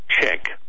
check